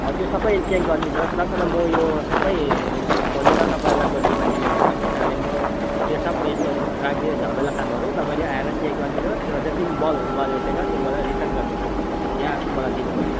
हजुर सबै चेक गरिदिनुहोस् न तर म यो सबै खोलेर तपाईँलाई म जिम्मा दिनेवाला छु किनभने म यो सब यस्तो राख्दिन झमेला कामहरू तपाईँले आएर चेक गरिदिनुहोस् र जति पनि बलहरू बलेको छैन त्यो मलाई रिटर्न गरिदिनुहोस् या अर्को मलाई दिनुहोस्